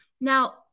Now